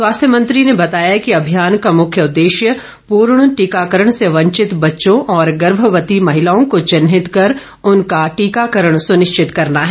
स्वास्थ्य मंत्री बताया कि अभियान का मुख्य उद्देश्य पूर्ण टीकाकरण से वंचित बच्चों और गर्भवती महिलाओं को चिन्हित कर उनका टीकाकरण सुनिश्चित करना है